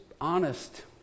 honest